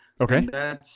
Okay